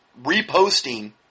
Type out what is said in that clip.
reposting